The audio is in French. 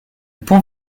pont